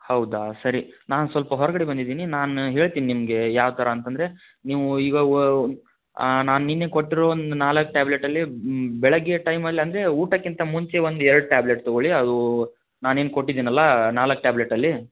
ಹೌದಾ ಸರಿ ನಾನು ಸ್ವಲ್ಪ ಹೊರಗಡೆ ಬಂದಿದ್ದೀನಿ ನಾನು ಹೇಳ್ತೀನಿ ನಿಮಗೆ ಯಾವ ಥರ ಅಂತಂದ್ರೆ ನೀವು ಈಗ ವ ನಾನು ನಿನ್ನೆ ಕೊಟ್ಟಿರೊ ಒಂದು ನಾಲ್ಕು ಟಾಬ್ಲೆಟಲ್ಲಿ ಬೆಳಿಗ್ಗೆ ಟೈಮಲ್ಲಿ ಅಂದರೆ ಊಟಕ್ಕಿಂತ ಮುಂಚೆ ಒಂದು ಎರ್ಡು ಟ್ಯಾಬ್ಲೆಟ್ ತೊಗೊಳ್ಳಿ ಅದು ನಾನೇನು ಕೊಟ್ಟಿದೆನಲ್ಲ ನಾಲ್ಕು ಟಾಬ್ಲೆಟಲ್ಲಿ